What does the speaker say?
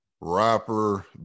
rapper